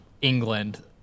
England